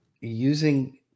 using